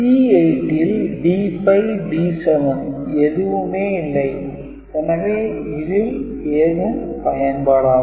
C8 ல் D5 D7 எதுவும் இல்லை எனவே இதில் ஏதும் பயன்படாது